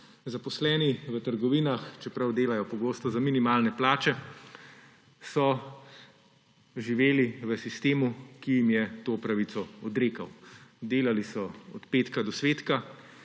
Zaposleni v trgovinah, čeprav delajo pogosto za minimalne plače, so živeli v sistemu, ki jim je to pravico odrekal. Delali so od petka do svetka,